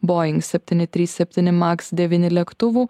bojing septyni trys septyni maks devyni lėktuvų